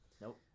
Nope